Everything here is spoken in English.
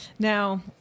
Now